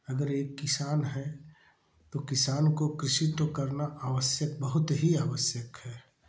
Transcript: अगर एक किसान है तो किसान को कृषि तो करना आवश्यक बहुत ही आवश्यक है